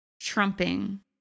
trumping